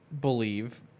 believe